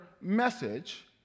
message